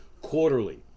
quarterly